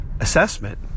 Assessment